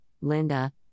Linda